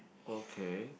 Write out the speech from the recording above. okay